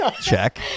Check